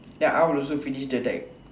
ya I will also finish the deck